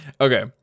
okay